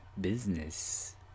business